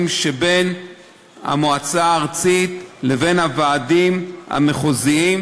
שבין המועצה הארצית לבין הוועדים המחוזיים,